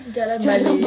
jalan balik